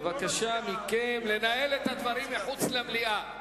בבקשה מכם לנהל את הדברים מחוץ למליאה.